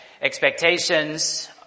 Expectations